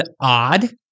odd